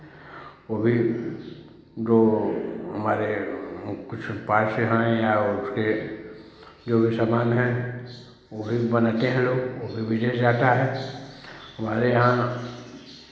वो भी जो हमारे कुछ पास से हैं या उसके जो भी सामान हैं वो भी बनाते हैं लोग वो भी विदेश जाता है हमारे यहाँ